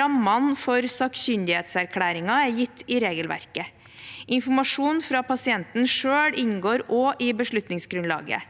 Rammene for sakkyndighetserklæringer er gitt i regelverket. Informasjon fra pasienten selv inngår også i beslutningsgrunnlaget.